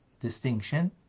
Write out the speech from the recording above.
distinction